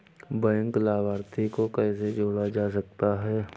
Bank लाभार्थी को कैसे जोड़ा जा सकता है?